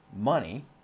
money